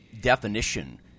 definition